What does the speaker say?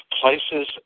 places